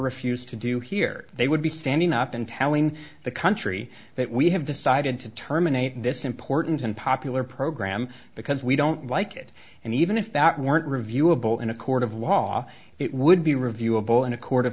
refused to do here they would be standing up and telling the country that we have decided to terminate this important and popular program because we don't like it and even if that weren't reviewable in a court of law it would be reviewable in a court of